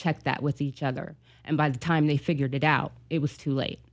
check that with each other and by the time they figured it out it was too late